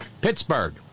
Pittsburgh